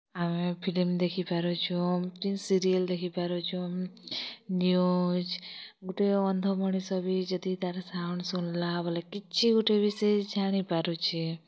ଆମେ ଫିଲ୍ମ ଦେଖି ପାରୁଚୁଁ ସିରିଏଲ୍ ଦେଖି ପାରୁଚୁଁ ନ୍ୟୁଜ୍ ଗୁଟେ ଅନ୍ଧ ମଣିଷ ବି ଯଦି ତାର୍ ସାଉଣ୍ଡ୍ ଶୁନ୍ଲା ବେଲେ କିଛି ଗୁଟେ ସେ ବିଷୟରେ ଜାଣିପାରୁଛେ